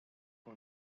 con